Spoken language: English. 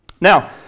Now